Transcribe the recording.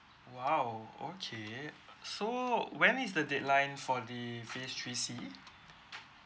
!wow! okay so when is the deadline for the phase three C